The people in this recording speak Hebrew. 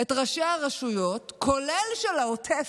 את ראשי הרשויות, כולל של העוטף,